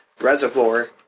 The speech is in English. reservoir